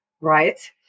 right